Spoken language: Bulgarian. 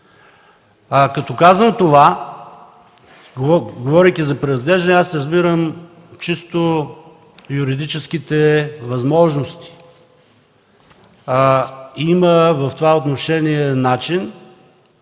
Като казвам това, говорейки за преразглеждане, аз разбирам чисто юридическите възможности. В това отношение има